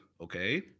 Okay